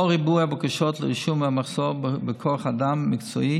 לאור ריבוי הבקשות לרישום והמחסור בכוח אדם מקצועי,